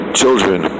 children